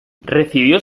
recibió